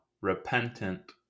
repentant